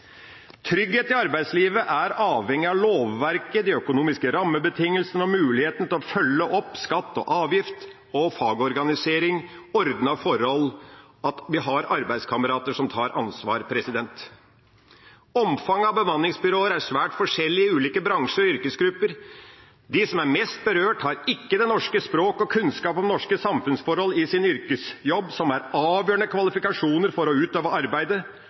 Trygghet i arbeidslivet er avhengig av lovverket, de økonomiske rammebetingelsene, muligheten til å følge opp skatter og avgifter, fagorganisering, ordnede forhold, og at vi har arbeidskamerater som tar ansvar. Omfanget av bemanningsbyråer er svært forskjellig i ulike bransjer og yrkesgrupper. De som er mest berørt, kan ikke det norske språket og har ikke kunnskaper om norske samfunnsforhold i sin jobb, noe som er avgjørende kvalifikasjoner for å utføre arbeidet.